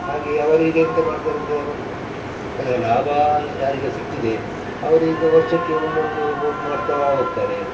ಹಾಗೆ ಅವರೀಗ ಎಂತ ಮಾಡ್ತಾರೆ ಅಂದೆ ಲಾಭ ಯಾರಿಗೆ ಸಿಕ್ಕಿದೆ ಅವರೀಗ ವರ್ಷಕ್ಕೆ ಒಂದೊಂದು ಬೋಟ್ ಮಾಡ್ತಾ ಹೋಗ್ತಾರೆ